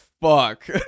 fuck